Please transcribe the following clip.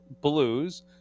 Blues